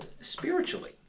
spiritually